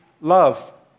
love